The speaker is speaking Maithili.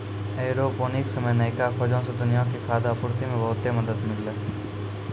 एयरोपोनिक्स मे नयका खोजो से दुनिया के खाद्य आपूर्ति मे बहुते मदत मिलतै